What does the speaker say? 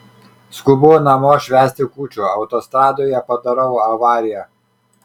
skubu namo švęsti kūčių autostradoje padarau avariją